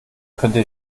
könnte